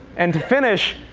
and finish,